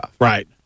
Right